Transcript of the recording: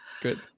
Good